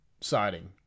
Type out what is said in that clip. siding